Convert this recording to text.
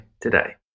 today